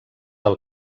del